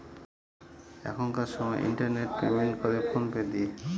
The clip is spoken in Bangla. এখনকার সময় ইন্টারনেট পেমেন্ট করে ফোন পে দিয়ে